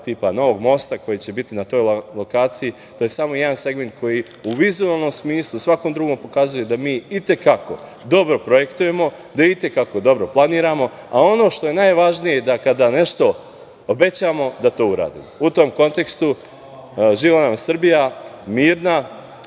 tipa novog mosta koji će biti na toj lokaciji, to je samo jedan segment koji u vizuelnom i svakom drugom smislu pokazuje da mi i te kako dobro projektujemo, da i te kako dobro planiramo, a ono što je najvažnije, da kada nešto obećamo, da to uradimo.U tom kontekstu, živela nam Srbija, mirna,